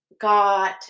got